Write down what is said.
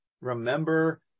remember